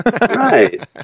right